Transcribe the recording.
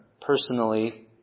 personally